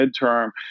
midterm